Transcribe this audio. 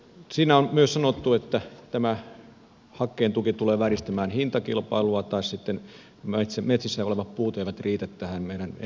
siinä on myös sanottu että hakkeen tuki tulee vääristämään hintakilpailua tai sitten metsissä olevat puut eivät riitä tähän meidän ener giantuotantoomme